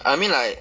I mean like